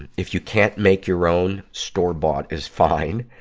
and if you can't make your own, store-bought is fine.